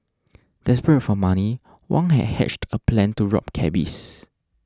desperate for money Wang had hatched a plan to rob cabbies